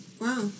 Wow